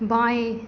बाएँ